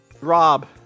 rob